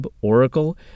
Oracle